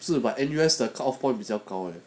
是 like N_U_S the cut off point 比较高的